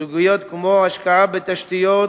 סוגיות כמו השקעה בתשתיות,